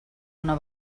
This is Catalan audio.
una